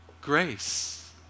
grace